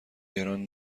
گران